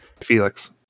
Felix